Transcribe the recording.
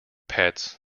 pets